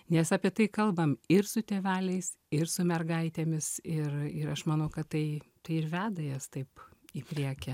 nes apie tai kalbam ir su tėveliais ir su mergaitėmis ir ir aš manau kad tai tai ir veda jas taip į priekį